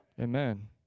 Amen